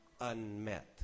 unmet